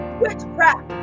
witchcraft